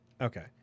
Okay